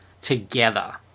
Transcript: together